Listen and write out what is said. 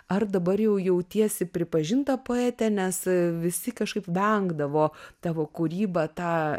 ar dabar jau jautiesi pripažinta poete nes visi kažkaip vengdavo tavo kūryba tą